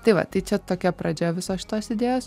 tai va tai čia tokia pradžia visos šitos idėjos